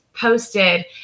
posted